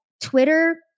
Twitter